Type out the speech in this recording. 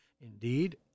Indeed